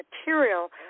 material